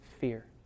fear